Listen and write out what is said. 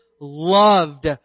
loved